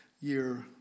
year